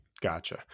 Gotcha